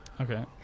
Okay